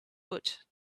foot